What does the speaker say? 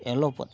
allopathy